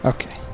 Okay